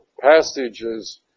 passages